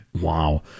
Wow